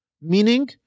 Meaning